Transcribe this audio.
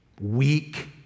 weak